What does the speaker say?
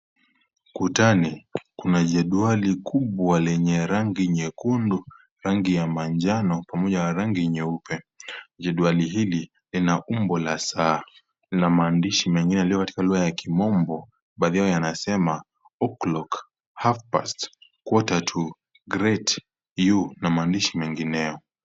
Ukutani kuna jedwali kubwa lenye rangi nyekundu rangi ya manjano pamoja na rangi nyeupe. Jedwali hili lina umbo la saa. Lina maandishi yaliyo kwenye lugha ya kimombo baadhi yao inasema O'clock, half past, quater to, great, you na maandishi mengineyo.